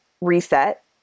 reset